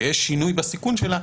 כשיש שינוי בסיכון שלה,